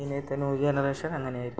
പിന്നെത്തെ new generation അങ്ങനെ ആയിരിക്കും